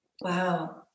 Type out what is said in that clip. Wow